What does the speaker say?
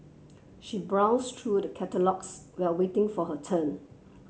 she browsed through the catalogues while waiting for her turn